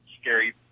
scary